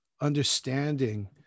understanding